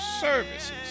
services